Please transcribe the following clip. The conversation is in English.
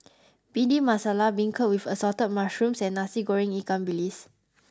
bhindi masala beancurd with assorted mushrooms and nasi goreng ikan bilis